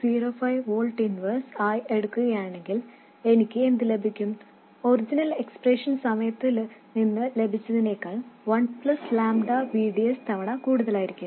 05 volt ഇൻവേഴ്സായി എടുക്കുകയാണെങ്കിൽ എനിക്ക് എന്ത് ലഭിക്കും ഒറിജിനൽ എക്സ്പ്രഷൻ സമയത്ത് നിന്ന് ലഭിച്ചതിനെക്കാൾ 1 ƛ V D S തവണ കൂടുതലായിരിക്കും